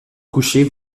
couchés